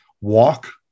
walk